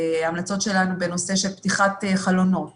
בנושא פתיחת חלונות